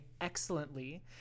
excellently